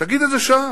תגיד את זה שם,